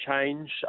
change